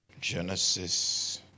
Genesis